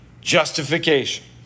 justification